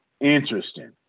Interesting